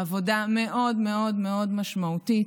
עבודה מאוד מאוד מאוד משמעותית.